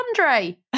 Andre